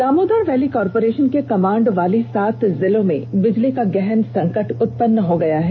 Damodar valley corporation के command वाली सात जिलो में बिजली का गहन संकट उत्पन्न हो गया है